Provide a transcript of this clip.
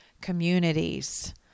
communities